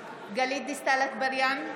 גלית דיסטל אטבריאן,